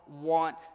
want